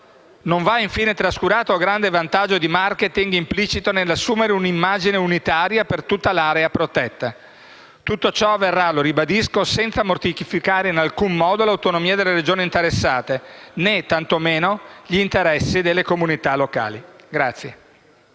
non va trascurato il grande vantaggio di *marketing* implicito nell'assumere un'immagine unitaria per tutta l'area protetta. Tutto ciò avverrà - lo ribadisco - senza mortificare in alcun modo l'autonomia delle Regioni interessate, né tantomeno gli interessi delle comunità locali.